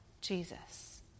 Jesus